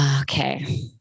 Okay